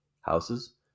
houses